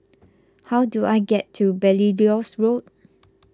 how do I get to Belilios Road